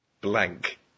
blank